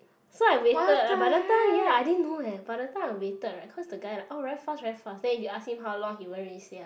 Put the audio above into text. so I waited by the time ya I didn't know eh by the time I waited right cause the guy like oh very fast very fast then if you ask him how long he won't really say ah